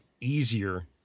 easier